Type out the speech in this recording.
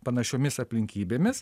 panašiomis aplinkybėmis